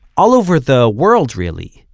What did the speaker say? all over the world, really,